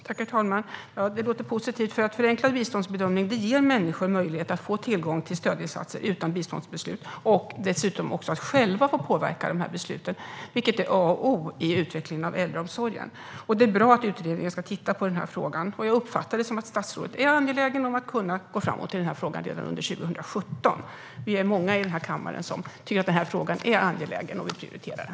Herr talman! Det låter positivt. Förenklad biståndsbedömning ger människor möjlighet att få tillgång till stödinsatser utan biståndsbeslut och dessutom att själva få påverka de här besluten, vilket är A och O i utvecklingen av äldreomsorgen. Det är bra att utredningen ska titta på den här frågan. Jag uppfattar det som att statsrådet är angelägen om att kunna gå framåt i den här frågan redan under 2017. Vi är många i den här kammaren som tycker att frågan är angelägen, och vi prioriterar den.